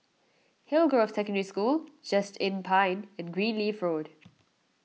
Hillgrove Secondary School Just Inn Pine and Greenleaf Road